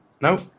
Nope